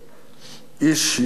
איש ישר דרך,